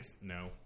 No